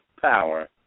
power